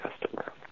customer